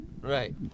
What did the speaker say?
Right